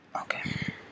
okay